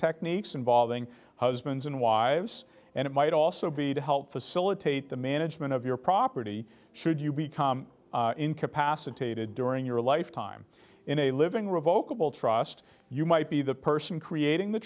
techniques involving husbands and wives and it might also be to help facilitate the management of your property should you become incapacitated during your life time in a living revokable trust you might be the person creating the